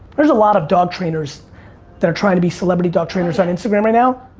there's a lot of dog trainers that are trying to be celebrity dog trainers on instagram right now.